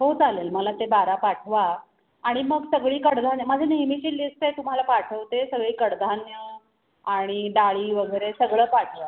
हो चालेल मला ते बारा पाठवा आणि मग सगळी कडधान्य माझी नेहमीची लिस्ट आहे तुम्हाला पाठवते सगळी कडधान्य आणि डाळी वगैरे सगळं पाठवा